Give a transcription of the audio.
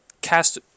Cast